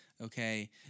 okay